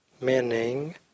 meaning